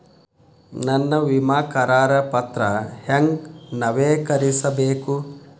ನನ್ನ ವಿಮಾ ಕರಾರ ಪತ್ರಾ ಹೆಂಗ್ ನವೇಕರಿಸಬೇಕು?